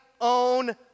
own